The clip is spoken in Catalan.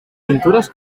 pintures